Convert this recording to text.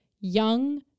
young